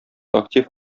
актив